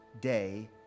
day